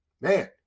Man